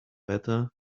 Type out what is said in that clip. better